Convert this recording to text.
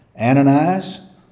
Ananias